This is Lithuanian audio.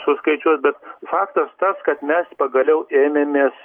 suskaičiuos bet faktas tas kad mes pagaliau ėmėmės